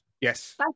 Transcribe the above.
Yes